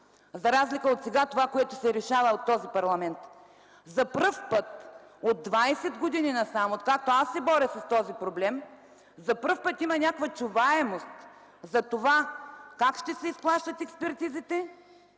за разлика от сега – това, което сега се решава в този парламент. За пръв път от 20 години насам, откакто аз се боря с този проблем, за пръв път има някаква чуваемост за това как ще се изплащат експертизите,